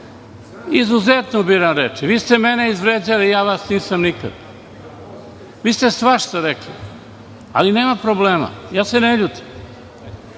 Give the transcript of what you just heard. izuzetno biram reči. Vi ste mene izvređali, a ja vas nisam nikada, meni ste svašta rekli, ali nema problema ja se ne ljutim. Tačno